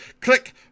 Click